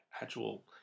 actual